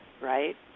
right